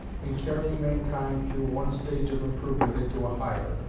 in carrying mankind through one stage of improvement into a higher.